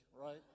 right